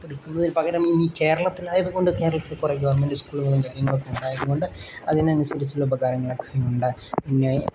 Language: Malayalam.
എടുക്കുന്നതിന് പകരം ഇനി കേരളത്തിലായത് കൊണ്ട് കേരളത്തിൽ കുറേ ഗവൺമെൻറ് സ്കൂളുകളും കാര്യങ്ങളും ഒക്കെ ഉണ്ടായത് കൊണ്ട് അതിന് അനുസരിച്ചുള്ള ഉപകാരങ്ങളൊക്കെ ഉണ്ട് പിന്നെ